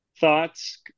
thoughts